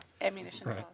Ammunition